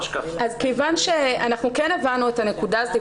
כיוון שכן הבנו את הנקודה הזאת,